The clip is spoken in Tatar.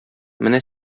менә